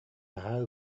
наһаа